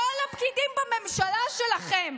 כל הפקידים בממשלה שלכם.